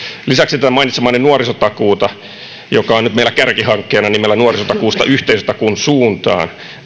lisäksi mainitsemani nuorisotakuun joka on nyt meillä kärkihankkeena nimellä nuorisotakuuta yhteisötakuun suuntaan